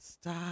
Stop